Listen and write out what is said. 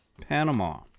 Panama